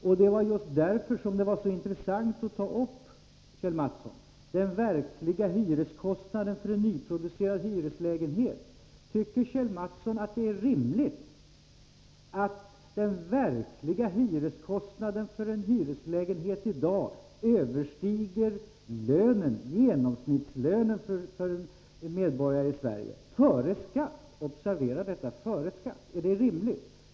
Det var därför, Kjell Mattsson, som det var intressant att ta upp den verkliga hyreskostnaden för en nyproducerad hyreslägenhet. Tycker Kjell Mattsson att det är rimligt att den verkliga hyreskostnaden för en hyreslägenhet i dag överstiger den genomsnittliga lönen före skatt för en medborgare i Sverige? Är det rimligt?